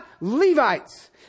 Levites